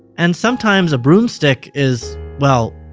and sometimes a broomstick is, well,